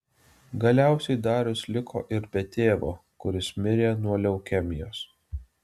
galiausiai darius liko ir be tėvo kuris mirė nuo leukemijos